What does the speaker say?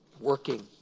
working